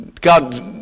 God